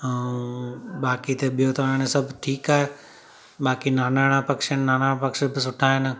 ऐं बाक़ी त ॿियों त हाणे सभु ठीकु आहे बाक़ी नानाणा पक्ष आहिनि त नानाणा पक्ष त सुठा आहिनि